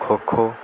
kho kho